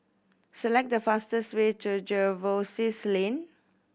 select the fastest way to Jervois Lane